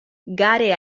gare